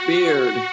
Beard